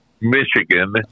Michigan